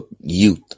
youth